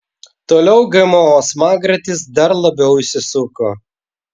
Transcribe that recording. toliau gmo smagratis dar labiau įsisuko